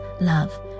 love